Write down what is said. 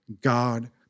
God